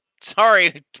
Sorry